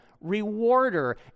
rewarder